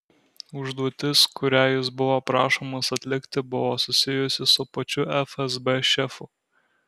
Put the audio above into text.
užduotis kurią jis buvo prašomas atlikti buvo susijusi su pačiu fsb šefu